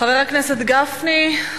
חבר הכנסת משה גפני,